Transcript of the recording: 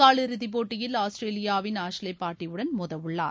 காலிறுதி போட்டியில் ஆஸ்திரேலியாவின் ஆஷ்லே பார்ட்டிவுடன் மோதவுள்ளார்